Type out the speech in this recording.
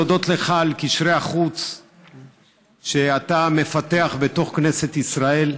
להודות לך על קשרי החוץ שאתה מפתח בתוך כנסת ישראל.